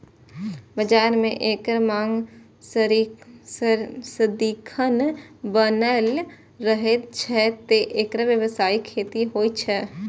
बाजार मे एकर मांग सदिखन बनल रहै छै, तें एकर व्यावसायिक खेती होइ छै